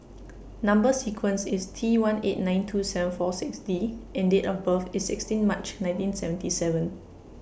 Number sequence IS T one eight nine two seven four six D and Date of birth IS sixteen March nineteen seventy seven